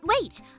Wait